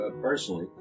personally